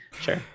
Sure